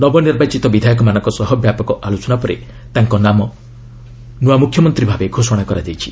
ନବନିର୍ବାଚିତ ବିଧାୟକମାନଙ୍କ ସହ ବ୍ୟାପକ ଆଲୋଚନା ପରେ ତାଙ୍କ ନାମ ନୂଆ ମୁଖ୍ୟମନ୍ତ୍ରୀ ଭାବେ ଘୋଷଣା କରାଯାଇଛି